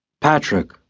Patrick